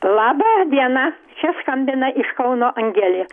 laba diena čia skambina iš kauno angelė